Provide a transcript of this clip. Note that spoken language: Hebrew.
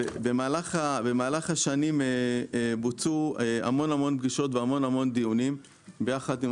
במהלך השנים בוצעו המון המון פגישות והמון דיונים ביחד עם